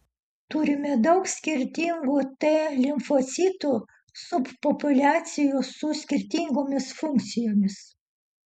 turime daug skirtingų t limfocitų subpopuliacijų su skirtingomis funkcijomis